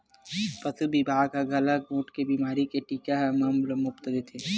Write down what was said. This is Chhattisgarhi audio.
पसु बिभाग ह गलाघोंट बेमारी के टीका ल मोफत म देथे